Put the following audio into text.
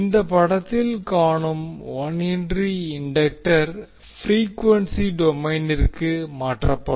இந்த படத்தில் காணும் இண்டக்டர் ப்ரீக்வென்சி டொமைனிற்கு மாற்றப்படும்